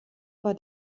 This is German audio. war